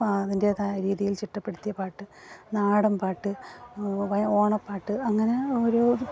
അതിൻ്റേതായ രീതിയിൽ ചിട്ടപ്പെടുത്തിയ പാട്ട് നാടൻപാട്ട് ഓണപ്പാട്ട് അങ്ങനെ ഒരോ